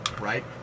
right